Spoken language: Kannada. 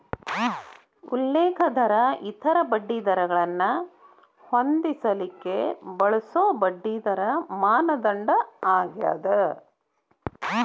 ಉಲ್ಲೇಖ ದರ ಇತರ ಬಡ್ಡಿದರಗಳನ್ನ ಹೊಂದಿಸಕ ಬಳಸೊ ಬಡ್ಡಿದರ ಮಾನದಂಡ ಆಗ್ಯಾದ